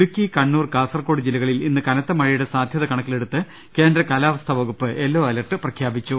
ഇടുക്കി കണ്ണൂർ കാസർകോട് ജില്ലകളിൽ ഇന്ന് കനത്ത മഴയുടെ സാധൃത കണക്കിലെടുത്ത് കേന്ദ്ര കാലാവസ്ഥാ വകുപ്പ് യെല്ലോ അലർട്ട് പ്രഖ്യാപിച്ചു